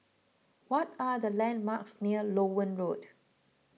what are the landmarks near Loewen Road